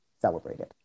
celebrated